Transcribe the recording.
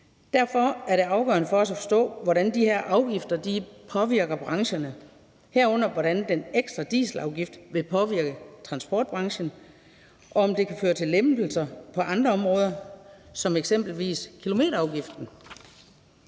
Derfor er det afgørende for os at forstå, hvordan de her afgifter påvirker brancherne, herunder hvordan den ekstra dieselafgift vil påvirke transportbranchen, og om det kan føre til lempelser på andre områder som eksempelvis kilometerafgiften.